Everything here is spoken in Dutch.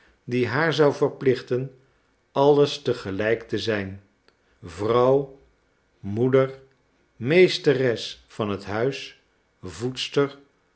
die haar zou verplichten alles te gelijk te zijn vrouw moeder meesteres van het huis